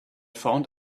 found